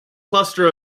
cluster